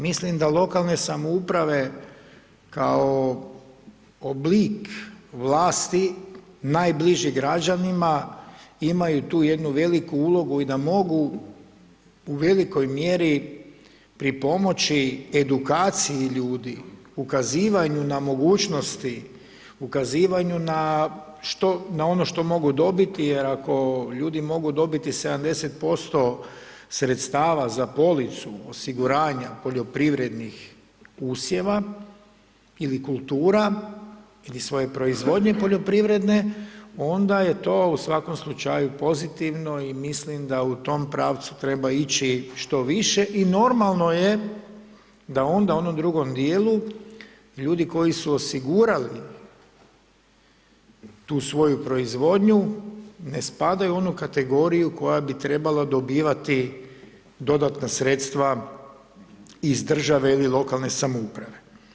Mislim da lokalne samouprave kao oblik vlasti najbliži građanima imaju tu jednu veliku ulogu i da mogu u velikoj mjeri pripomoći edukaciji ljudi, ukazivanju na mogućnosti, ukazivanju na što, na ono što mogu dobiti jer ako ljudi mogu dobiti 70% sredstava za policu osiguranja poljoprivrednih usjeva ili kultura ili svoje proizvodnje poljoprivredne onda je to u svakom slučaju pozitivno i mislim da u tom pravcu treba ići što više i normalno je da onda u onom drugom dijelu ljudi koji su osigurali tu svoju proizvodnju ne spadaju u onu kategoriju koja bi trebala dobivati dodatna sredstva iz država ili lokalne samouprave.